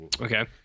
Okay